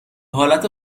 حالت